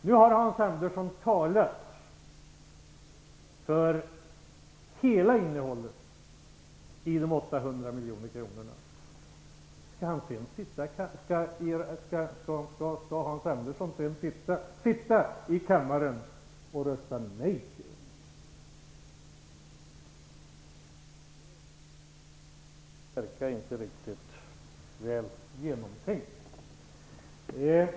Nu har Hans Andersson talat för hela innehållet i förslaget om de 800 miljoner kronorna. Skall Hans Andersson sedan rösta nej till dem? Det verkar inte riktigt väl genomtänkt.